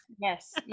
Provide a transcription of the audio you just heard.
yes